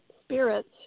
spirits